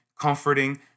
comforting